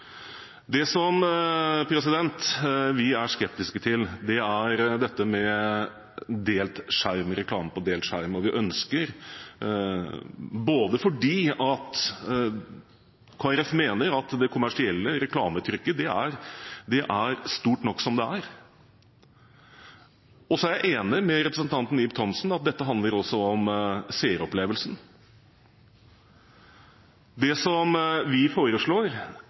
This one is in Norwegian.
Det vi er skeptiske til, er reklame på delt skjerm. Kristelig Folkeparti mener at det kommersielle reklametrykket er stort nok som det er. Så er jeg enig med representanten Ib Thomsen i at dette handler også om seeropplevelsen. Det vi foreslår